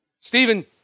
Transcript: Stephen